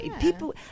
people